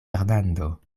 fernando